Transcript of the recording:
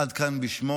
עד כאן בשמו.